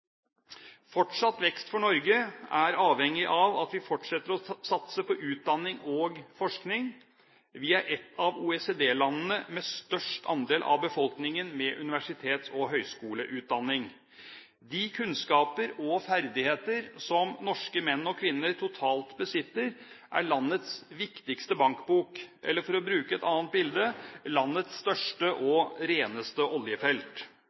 Fortsatt vekst for Norge er avhengig av at vi fortsetter å satse på utdanning og forskning. Vi er et av OECD-landene med størst andel av befolkningen med universitets- og høyskoleutdanning. De kunnskaper og ferdigheter som norske menn og kvinner totalt besitter, er landets viktigste bankbok, eller, for å bruke et annet bilde, landets største og reneste oljefelt.